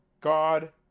god